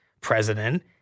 president